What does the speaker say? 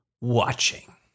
watching